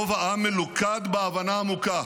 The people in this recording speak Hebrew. רוב העם מלוכד בהבנה עמוקה